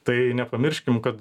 tai nepamirškim kad